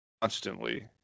constantly